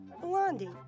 Blondie